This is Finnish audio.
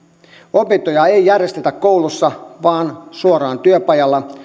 opintoja ei ei järjestetä koulussa vaan suoraan työpajalla